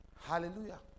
Hallelujah